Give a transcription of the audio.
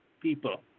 people